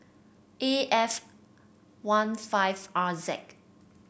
A F one five R Z